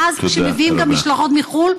ואז כשמביאים גם משלחות מחו"ל,